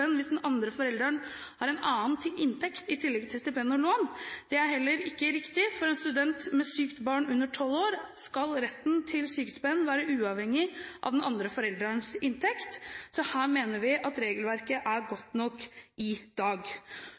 sykestipend hvis den andre forelderen har en annen inntekt i tillegg til stipend og lån. Det er heller ikke riktig. For en student med et sykt barn under tolv år skal retten til sykestipend være uavhengig av den andre forelderens inntekt, så her mener vi at regelverket er godt nok i dag.